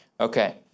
Okay